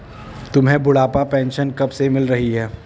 तुम्हें बुढ़ापा पेंशन कब से मिल रही है?